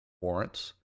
warrants